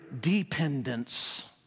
dependence